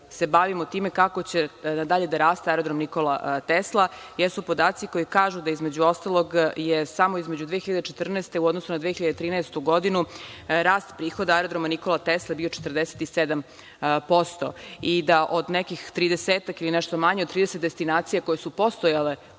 se bavimo time kako će dalje da raste aerodrom „Nikola Tesla“, jesu podaci koji kažu da je, između ostalog, samo 2014. u odnosu na 2013. godinu rast prihoda aerodroma „Nikola Tesla“ bio 47% i da od nekih tridesetak ili nešto manje od 30 destinacija koje su postojale